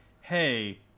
Hey